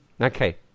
Okay